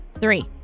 Three